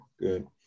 good